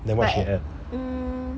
then what she had